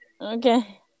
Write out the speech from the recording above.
Okay